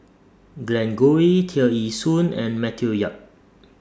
Glen Goei Tear Ee Soon and Matthew Yap